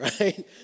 right